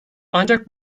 ancak